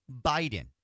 Biden